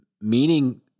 meaning